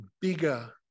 bigger